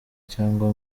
cyangwa